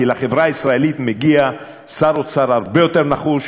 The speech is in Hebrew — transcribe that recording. כי לחברה הישראלית מגיע שר אוצר הרבה יותר נחוש,